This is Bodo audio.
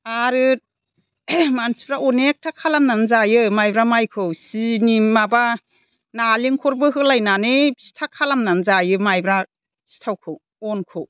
आरो मानसिफोरा अनेकथा खालामनानै जायो माइब्रा माइखौ सिनि माबा नारेंखलबो होलायनानै फिथा खालामनानै जायो माइब्रा सिथावखौ अनखौ